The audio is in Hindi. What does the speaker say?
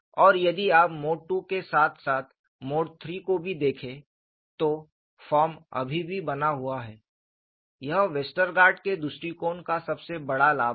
और यदि आप मोड II के साथ साथ मोड III को भी देखें तो फॉर्म अभी भी बना हुआ है यह वेस्टरगार्ड के दृष्टिकोण का सबसे बड़ा लाभ है